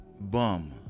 bum